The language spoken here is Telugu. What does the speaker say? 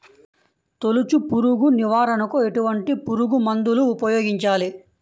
తొలుచు పురుగు నివారణకు ఎటువంటి పురుగుమందులు ఉపయోగించాలి?